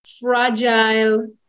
fragile